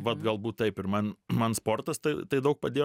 vat galbūt taip ir man man sportas tai tai daug padėjo